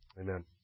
Amen